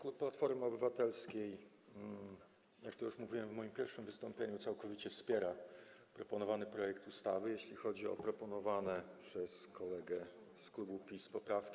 Klub Platformy Obywatelskiej, jak już mówiłem w moim pierwszym wystąpieniu, całkowicie wspiera proponowany projekt ustawy, jeśli chodzi o proponowane przez kolegę z klubu PiS poprawki.